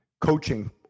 coaching